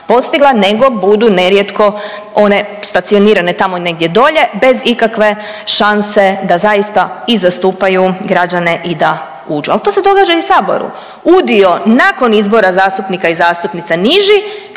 nego budu nerijetko one stacionirane tamo negdje dolje bez ikakve šanse da zaista i zastupaju građane i da uđu. Ali to se događa i u Saboru. Udio nakon izbora zastupnika i zastupnica niži,